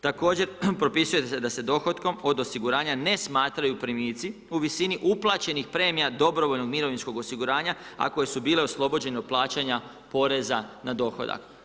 Također, propisuje se da se dohotkom od osiguranja ne smatraju primici u visini uplaćenih premija dobrovoljnog mirovinskog osiguranja a koje su bile oslobođene od plaćanja poreza na dohodak.